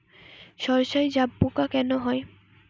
সর্ষায় জাবপোকা কেন হয়?